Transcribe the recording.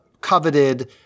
coveted